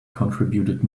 contributed